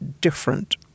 different